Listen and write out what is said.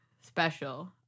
special